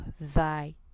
thy